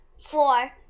Four